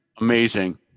Amazing